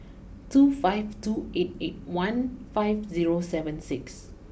two five two eight eight one five zero seven six